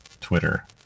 Twitter